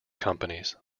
companies